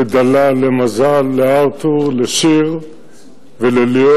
לדלאל, למזל, לארתור, לשיר ולליאור,